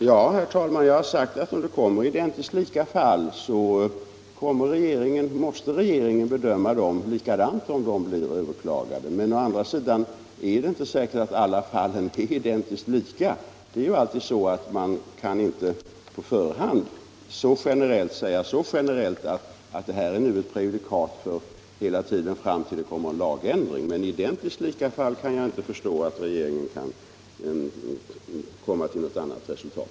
Herr talman! Ja, jag har sagt att regeringen, om det kommer upp identiskt lika fall, måste bedöma dem likadant om överklagande sker. Å andra sidan är det inte säkert att alla sådana fall är identiskt lika. Man kan inte alltid på förhand uttala sig så generellt att det är fråga om ett prejudikat för alla fall fram till dess att det kommer en lagändring. Men i identiskt lika fall kan jag inte förstå att regeringen kan komma till något annat resultat.